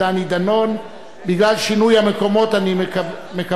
בגלל שינוי המקומות אני מקבל את הודעתו